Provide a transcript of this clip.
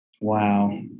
Wow